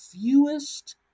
fewest